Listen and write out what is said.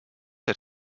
der